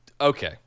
okay